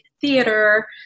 theater